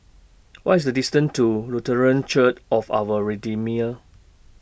What IS The distance to Lutheran Church of Our Redeemer